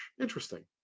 Interesting